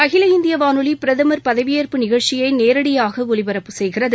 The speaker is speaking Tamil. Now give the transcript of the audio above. அகில இந்திய வானொலி பிரதமர் பதவியேற்பு நிஷழ்ச்சியை நேரடியாக ஒலிபரப்பு செய்கிறது